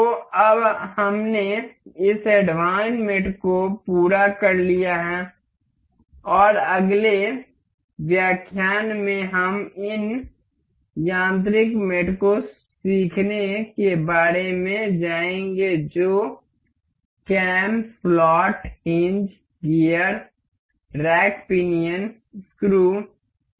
तो अब हमने इस एडवांस्ड मेट को पूरा कर लिया है और अगले व्याख्यान में हम इन यांत्रिक मेट को सीखने के बारे में जाएंगे जो cam slot hinge gear rack pinion screw हैं और हमारे पास पहले से ही हैं